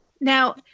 Now